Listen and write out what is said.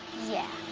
yeah.